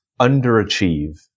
underachieve